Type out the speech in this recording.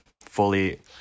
fully